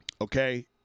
Okay